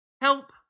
Help